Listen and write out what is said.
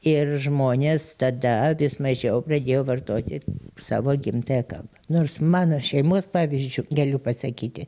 ir žmonės tada vis mažiau pradėjo vartoti savo gimtąją kalbą nors mano šeimos pavyzdžiu galiu pasakyti